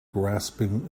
grasping